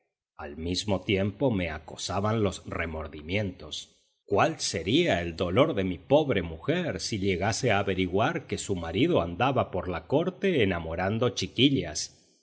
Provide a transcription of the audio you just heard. al mismo tiempo me acosaban los remordimientos cuál sería el dolor de mi pobre mujer si llegase a averiguar que su marido andaba por la corte enamorando chiquillas